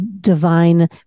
divine